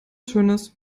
schönes